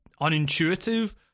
unintuitive